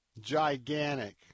gigantic